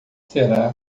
será